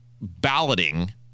balloting